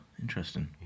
interesting